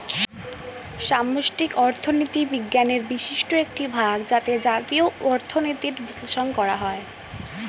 সামষ্টিক অর্থনীতি বিজ্ঞানের বিশিষ্ট একটি ভাগ যাতে জাতীয় অর্থনীতির বিশ্লেষণ করা হয়